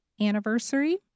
anniversary